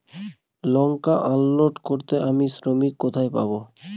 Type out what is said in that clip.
লঙ্কা unload করতে আমি শ্রমিক কোথায় পাবো?